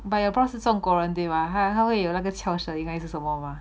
but your prof 是中国人对吗他还会有那个桥声音还是什么 mah